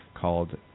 called